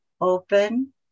Open